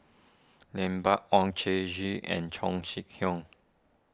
Lambert Oon Jin Gee and Chong Kee Hiong